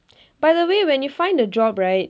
by the way when you find a job right